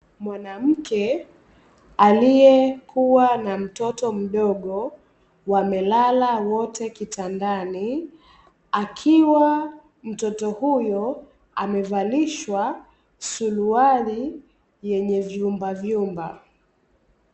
Mwanamke aliyekuwa na mtoto mdogo, wamelala wote kitandani, akiwa mtoto huyo amevalishwa suruali yenye vyumbavyumba.